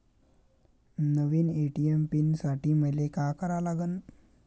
नव्या ATM pin साठी मले का करा लागन?